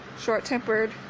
short-tempered